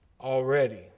already